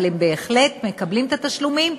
אבל הם בהחלט מקבלים את התשלומים,